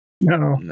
no